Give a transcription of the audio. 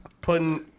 putting